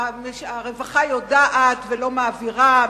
הרווחה יודעת ולא מעבירה,